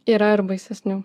yra ir baisesnių